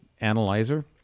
analyzer